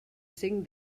cinc